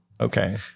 Okay